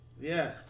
Yes